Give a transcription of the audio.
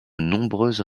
nombreuses